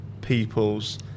people's